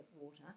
water